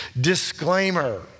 Disclaimer